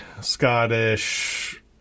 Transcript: Scottish